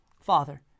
Father